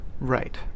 right